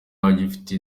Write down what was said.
abagifite